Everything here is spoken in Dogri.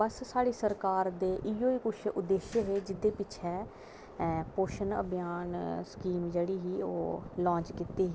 बस साढ़ी सरकार दे इयै किश उद्देश्य हे जेह्दी बजह कन्नै पौषण अभियान स्कीम जेह्ड़ी ही ओह् लांच कीती ही